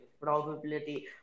probability